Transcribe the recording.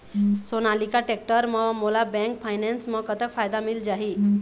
Sonalika tractor म मोला bank finance म कतक फायदा मिल जाही?